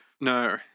No